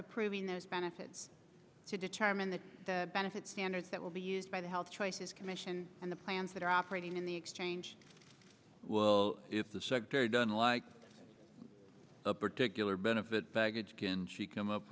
approving those benefits to determine the benefits standards that will be used by the health choices commission and the plans that are operating in the exchange well if the secretary done like a particular benefit package can she come up